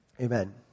Amen